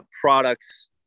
products